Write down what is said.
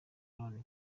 rnb